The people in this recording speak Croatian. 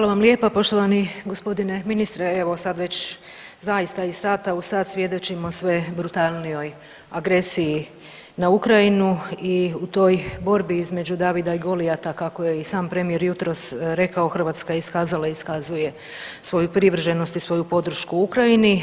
Hvala vam lijepa poštovani gospodine ministre, evo sad već iz sata u sat svjedočimo sve brutalnijoj agresiji na Ukrajinu i u toj borbi između Davida i Golijata kako je i sam premijer jutros rekao Hrvatska je iskazala i iskazuje svoju privrženost i podršku Ukrajini.